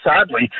sadly